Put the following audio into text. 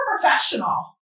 professional